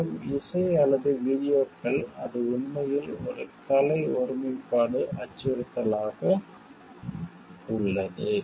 மற்றும் இசை அல்லது வீடியோக்கள் அது உண்மையில் கலை ஒருமைப்பாடு அச்சுறுத்தலாக உள்ளது